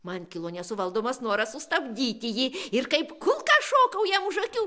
man kilo nesuvaldomas noras sustabdyti jį ir kaip kulka šokau jam už akių